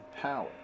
power